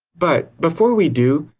but, before we do,